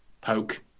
Poke